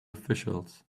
officials